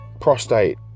prostate